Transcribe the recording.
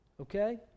okay